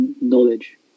knowledge